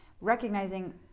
recognizing